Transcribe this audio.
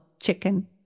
chicken